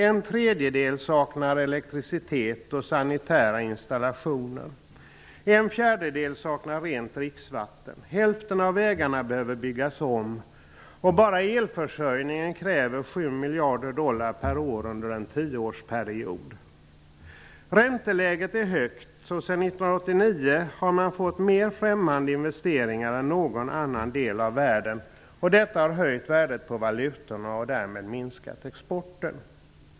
En tredjedel saknar elektricitet och sanitära installationer, en fjärdedel saknar rent dricksvatten, hälften av vägarna behöver byggas om och bara elförsörjningen kräver 7 miljarder dollar per år under en tioårsperiod. Ränteläget är högt. Sedan 1989 har man i Latinamerika fått mer främmande investeringar än i någon annan del av världen. Detta har höjt valutornas värde och därmed minskat exporten.